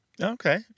okay